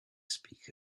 speak